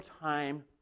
time